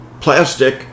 plastic